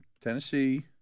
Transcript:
Tennessee